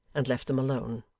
and left them alone.